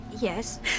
Yes